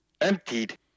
emptied